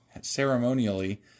Ceremonially